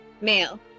male